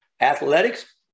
athletics